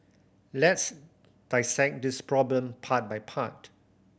let's dissect this problem part by part